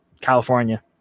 California